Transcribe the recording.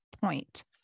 point